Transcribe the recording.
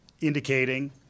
indicating